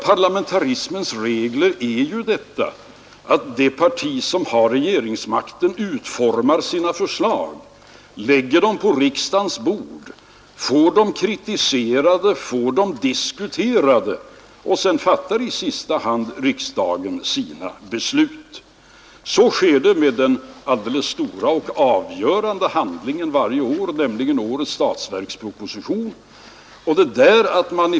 Parlamentarismens regler innebär ju att det parti som har regeringsmakten utformar sina förslag, lägger dem på riksdagens bord och får dem diskuterade och kritiserade. Sedan fattar i sista hand riksdagen sina beslut. Så sker med den stora och avgörande handlingen varje år, nämligen statsverkspropositionen.